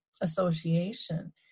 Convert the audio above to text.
association